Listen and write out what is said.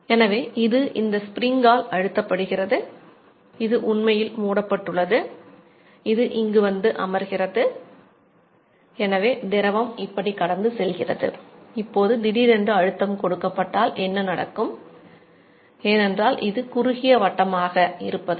எனவே இது இந்த ஸ்ப்ரிங்கால்